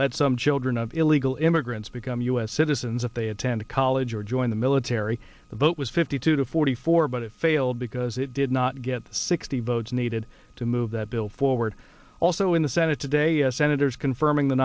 let some children of illegal immigrants become u s citizens if they attend college or join the military the vote was fifty two to forty four but it failed because it did not get the sixty votes needed to move the bill forward also in the senate today senators confirming the